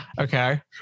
Okay